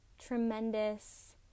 tremendous